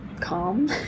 calm